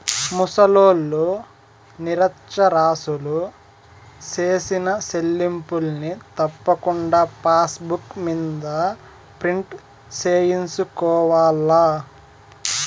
ముసలోల్లు, నిరచ్చరాసులు సేసిన సెల్లింపుల్ని తప్పకుండా పాసుబుక్ మింద ప్రింటు సేయించుకోవాల్ల